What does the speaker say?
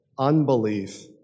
Unbelief